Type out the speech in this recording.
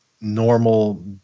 normal